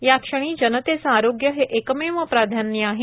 याक्षणी जनतेचे आरोग्य हे एकमेव प्राधान्य आहे